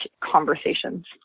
conversations